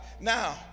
Now